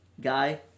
guy